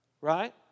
Right